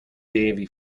davie